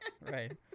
Right